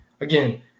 again